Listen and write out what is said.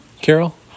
carol